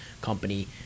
company